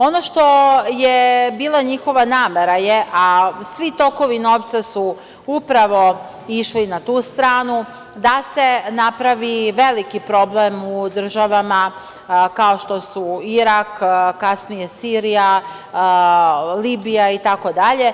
Ono što je bila njihova namera, a svi tokovi novca su upravo išli na tu stranu, da se napravi veliki problem u državama kao što su Irak, kasnije Sirija, Libija itd.